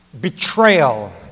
Betrayal